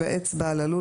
ייוועץ בעל הלול,